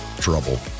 trouble